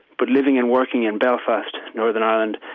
but living and working in belfast, northern ireland,